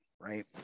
right